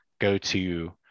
go-to